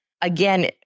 again